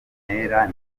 bintera